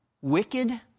wicked